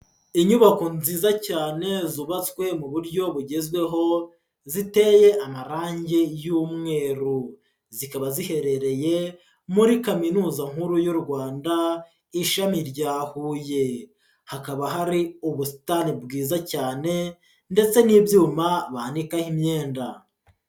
Inyubako nziza cyane zubatswe mu buryo bugezweho, ziteye amarangi y'umweru, zikaba ziherereye muri Kaminuza nkuru y'u Rwanda ishami rya Huye, hakaba hari ubusitani bwiza cyane ndetse n'ibyuma banikaho imyenda.